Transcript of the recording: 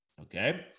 Okay